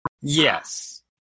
Yes